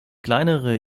kleinere